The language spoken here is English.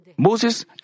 Moses